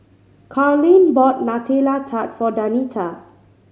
Karlene bought Nutella Tart for Danita